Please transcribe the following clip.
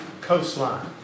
coastline